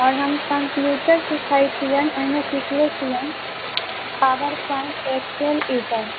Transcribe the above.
आओर हम कम्प्यूटर सीखैत छियनि ओहिमे सीखने छियनि पावर पोईंट एक्सेल ईसभ